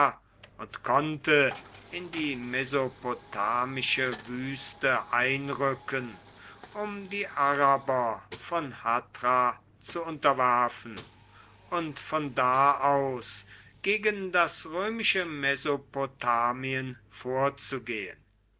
und konnte in die mesopotamische wüste einrücken um die araber von hatra zu unterwerfen und von da aus gegen das römische mesopotamien vorzugehen